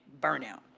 burnout